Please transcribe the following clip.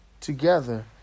together